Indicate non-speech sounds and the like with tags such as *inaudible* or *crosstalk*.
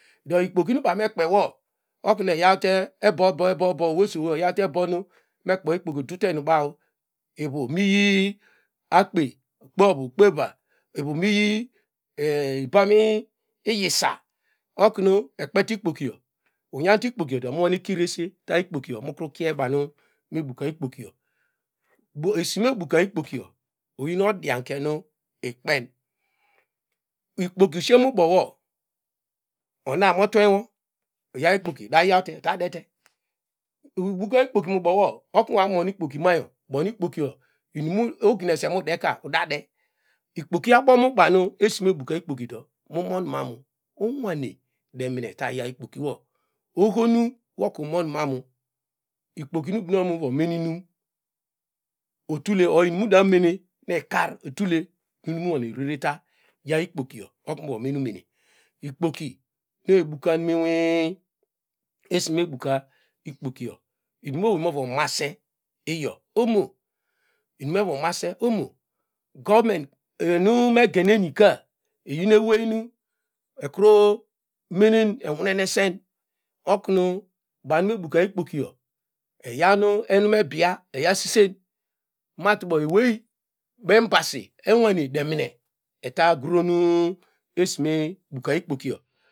Do ikpokinu baw mekpewo ekure eyaw ebuo ebuo owesu oyante ebuo nu *unintelligible* ikpoki ukpe ovu akpeva ivu mi yi ibani i iyisa koknu ekpete ikpoki yo unyande ikpokiyodo mu nwane krese mukie banu me buka ikpokiyi ndo esime buka ikpokiyo oyin odianke nu ikpen ikpoki ushie mu bowo ona motwenwo yaw ikpoki uta yawte uta dete ukru buka ikpoki mu bowo okru mu mon ikpok mayo oknu ikpoki inim nu ugnese oknu mu deka uda de ikpoki abo mu esimebuka ikpoki do mu mmnan unwane demine ta yaw ikpokiwo oho nu woka umon manu ikpoki mu gun okun muvo mene inum otule or inum damen ikar otule nune munwane rereta ya ikpokiyo mukru muvo menemene ikpoki inu ebukam onu inwi i esime buka ikpokiyo inun me owey mova mase iyo omo inum vo mase omo gome enume genenika iyor ewey nu ekru menen enowinemen okru banu me buka ikpokiyo eyaw nu me bia eyaw sisen matubo ewey nu enu me bia eyaw sisen matubo oway enbosi edemine eta kronu esime buka ikpokiyo.